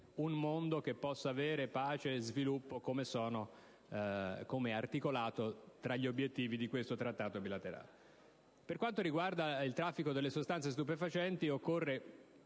un mondo che possa avere pace e sviluppo, come del resto articolato tra gli obiettivi di questo Accordo bilaterale). Per quanto riguarda il traffico delle sostanze stupefacenti, occorre